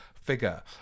figure